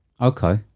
Okay